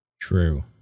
True